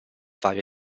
varie